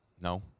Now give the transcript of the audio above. no